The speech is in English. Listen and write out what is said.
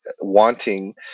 wanting